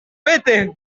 vete